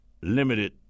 limited